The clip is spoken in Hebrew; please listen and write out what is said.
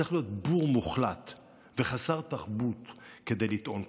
צריך להיות בור מוחלט וחסר תרבות כדי לטעון כך.